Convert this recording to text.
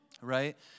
Right